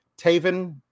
Taven